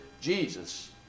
Jesus